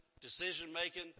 decision-making